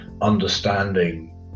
understanding